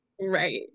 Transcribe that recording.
Right